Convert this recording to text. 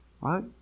Right